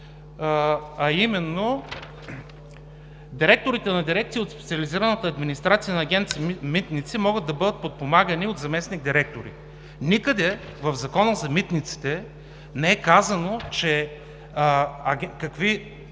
а именно, че директорите на дирекция от специализираната администрация на Агенция „Митници“ могат да бъдат подпомагани от заместник-директори. Никъде в Закона за митниците не е казано какви